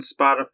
Spotify